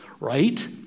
right